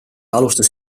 alustas